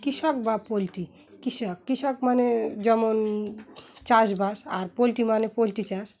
কৃষক বা পোলট্রি কৃষক কৃষক মানে যেমন চাষবাস আর পোলট্রি মানে পোলট্রি চাষ